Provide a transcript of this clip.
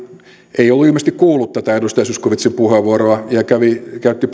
ei ollut ilmeisesti kuullut tätä edustaja zyskowiczin puheenvuoroa ja käytti